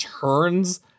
turns